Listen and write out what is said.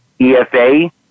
EFA